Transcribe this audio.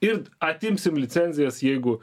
ir atimsim licencijas jeigu